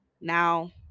now